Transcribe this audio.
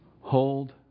hold